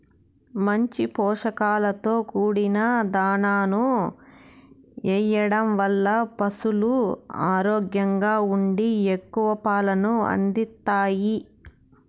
మంచి పోషకాలతో కూడిన దాణాను ఎయ్యడం వల్ల పసులు ఆరోగ్యంగా ఉండి ఎక్కువ పాలను అందిత్తాయి